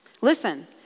Listen